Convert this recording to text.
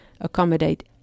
accommodate